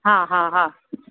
हा हा हा